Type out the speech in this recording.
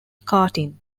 karting